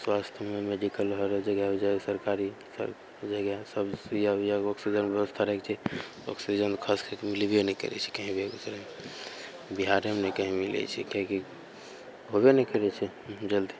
स्वास्थ्यमे मेडिकल ओडिकल सरकारी इएहसब सुइआ उइआ ऑक्सीजनके बेबस्था रहैके चाही ऑक्सीजन खास करिके मिलबे नहि करै छै कहीँ बेगूसरायमे बिहारेमे नहि कहीँ मिलै छै किएकि होबे नहि करै छै जल्दी